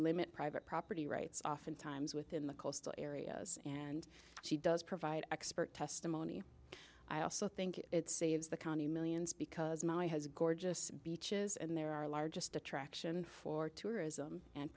limit private property rights oftentimes within the coastal areas and she does provide expert testimony i also think it saves the county millions because my has gorgeous beaches and they're our largest attraction for tourism and